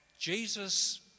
Jesus